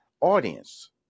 audience